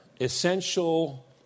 essential